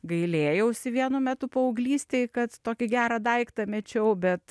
gailėjausi vienu metu paauglystėj kad tokį gerą daiktą mečiau bet